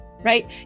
right